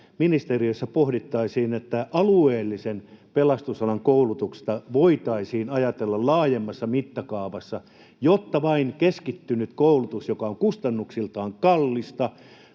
ministeriössä pohdittaisiin, että alueellista pelastusalan koulutusta voitaisiin ajatella laajemmassa mittakaavassa, jotta vain keskittynyt koulutus, joka on kustannuksiltaan kallista...